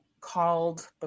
called